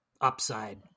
upside